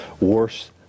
worse